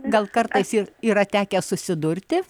gal kartais ir yra tekę susidurti